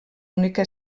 única